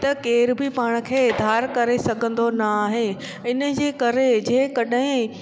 त केर बि पाण खे धार करे सघंदो न आहे हुनजे करे जे कॾहिं